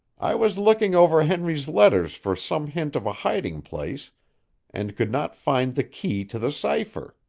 i was looking over henry's letters for some hint of a hiding-place and could not find the key to the cipher.